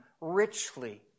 richly